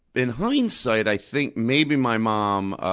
in hindsight, i think maybe my mom